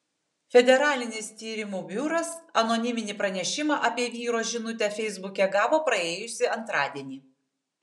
federalinis tyrimų biuras anoniminį pranešimą apie vyro žinutę feisbuke gavo praėjusį antradienį